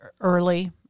early